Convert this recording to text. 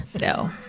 No